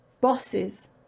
bosses